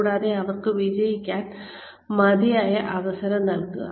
കൂടാതെ അവർക്ക് വിജയിക്കാൻ മതിയായ അവസരം നൽകുക